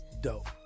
Dope